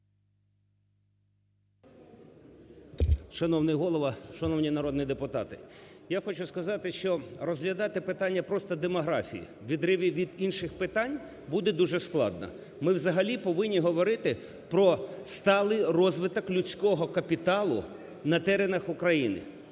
Шановний Голово, шановні народні депутати, я хочу сказати, що розглядати питання просто демографії у відриві від інших питань буде дуже складно. Ми взагалі повинні говорити про сталий розвиток людського капіталу на теренах України.